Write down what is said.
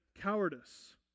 cowardice